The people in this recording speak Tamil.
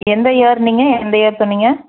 எந்த இயர் நீங்கள் எந்த இயர் சொன்னிங்கள்